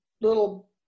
little